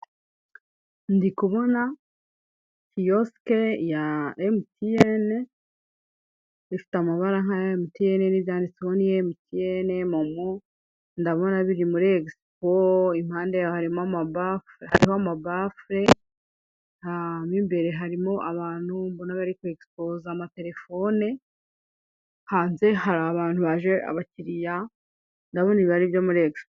Ndikubona kiyosike ya MTN, ifite amabara nk'aya MTN n'ibyanditseho ni MTN MoMo, ndabona biri muri expo, impande yaho hariho amabafure, mo imbere harimo abantu mbona bari kw'expoza amaterefoni, hanze hari abantu baje abakiriya, ndabona ibi ari ibyo muri expo.